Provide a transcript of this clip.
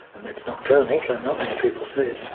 and it's nocturnal so not many people see it.